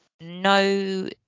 no